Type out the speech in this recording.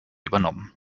übernommen